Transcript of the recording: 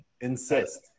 Insist